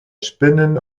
spinnen